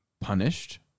punished